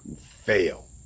fail